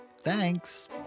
Thanks